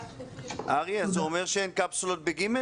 אריה, זה אומר שאין קפסולות ב-ג'